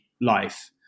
life